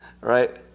Right